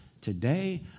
today